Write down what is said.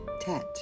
Tet